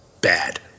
bad